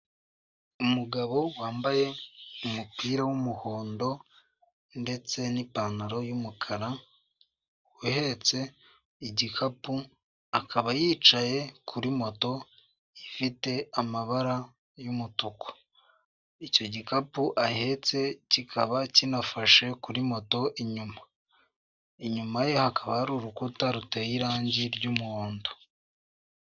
Umugabo wambaye umupira w'umuhondo ndetse n'ipantaro y'umukara uhetse igikapu akaba yicaye kuri moto ifite amabara y'umutuku icyo gikapu ahetse kikaba kinafashe kuri moto inyuma, inyuma ye hakaba hari urukuta ruteye irange ry'umuhondo.